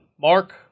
Mark